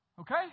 Okay